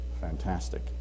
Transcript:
fantastic